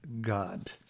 God